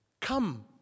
Come